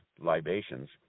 libations